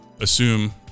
assume